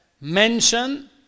mention